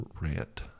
Rant